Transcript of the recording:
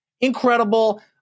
Incredible